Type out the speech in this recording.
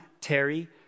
Terry